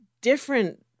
different